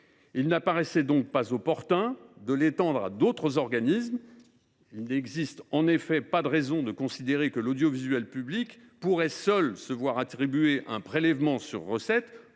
Il n’apparaissait donc pas opportun de l’étendre à d’autres organismes. Il n’y a pas de raison de considérer que seul l’audiovisuel public pourrait se voir attribuer un prélèvement sur recettes